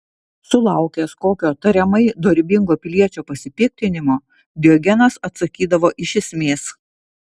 sulaukęs kokio tariamai dorybingo piliečio pasipiktinimo diogenas atsakydavo iš esmės